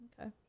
Okay